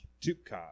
Tupac